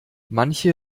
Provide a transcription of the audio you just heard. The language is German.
manche